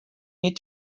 need